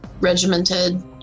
regimented